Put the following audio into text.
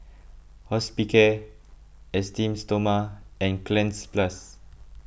Hospicare Esteem Stoma and Cleanz Plus